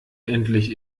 endlich